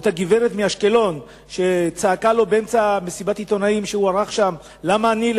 אותה גברת מאשקלון שצעקה לו באמצע מסיבת עיתונאים שהוא ערך שם: למה אני,